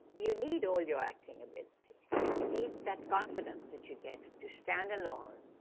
you need all your acting a bit you need that confidence that you get to stand alone,